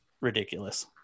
ridiculous